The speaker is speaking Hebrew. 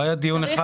לא היה דיון אחד